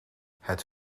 het